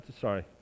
sorry